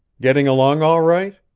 getting along all right?